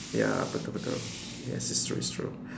ya betul betul yes it's true it's true